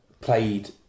played